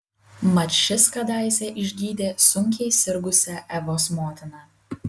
mat šis kadaise išgydė sunkiai sirgusią evos motiną